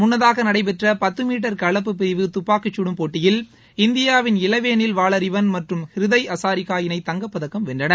முன்னதாக நடைபெற்ற பத்து மீட்டர் கலப்பு பிரிவு துப்பாக்கி குடும் போட்டியில் இந்தியாவின் இளவேனில் வளறிவன் மற்றும் ஹ்ரிதை ஹசாரிக்கா தங்கப்பதக்கம் வென்றனர்